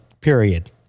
period